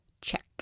Check